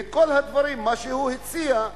כל הדברים שהוא הציע,